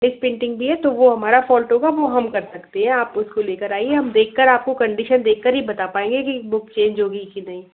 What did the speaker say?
misprint भी है तो वह हमारा फॉल्ट होगा वह हम कर सकते हैं आप उसको लेकर आइए हम देख कर आपको कंडीशन देख कर ही बता पाएँगे कि बुक चेंज होगी कि नहीं